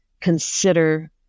consider